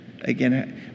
Again